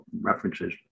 references